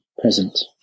present